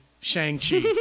Shang-Chi